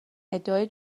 ادعای